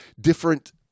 different